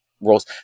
roles